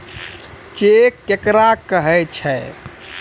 Cheque केकरा कहै छै?